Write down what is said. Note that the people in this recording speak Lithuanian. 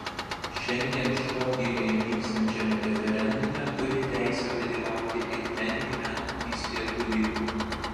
šiandien škotijoje vykstančiame referendume turi teisę dalyvauti ir ten gyvenantys lietuviai